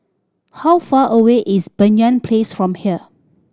how far away is Banyan Place from here